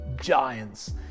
giants